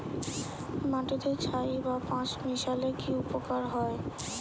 মাটিতে ছাই বা পাঁশ মিশালে কি উপকার হয়?